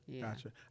gotcha